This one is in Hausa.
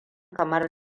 kamar